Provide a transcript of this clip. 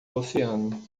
oceano